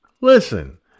Listen